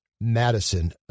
Madison